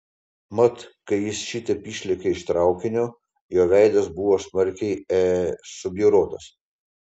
mat kai jis šitaip išlėkė iš traukinio jo veidas buvo smarkiai e subjaurotas